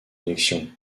élection